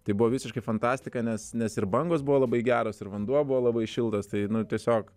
tai buvo visiška fantastika nes nes ir bangos buvo labai geros ir vanduo buvo labai šiltas tai tiesiog